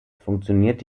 funktioniert